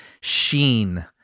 sheen